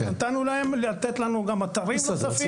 אפשרנו להם לתת לנו גם אתרים נוספים.